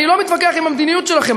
אני לא מתווכח עם המדיניות שלכם,